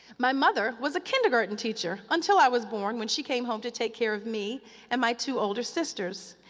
my mother was a kindergarten teacher until i was born, when she came home to take care of me and my two older sisters,